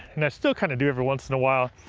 and i still kinda do every once in awhile,